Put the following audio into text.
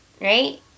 right